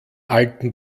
alten